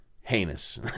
Heinous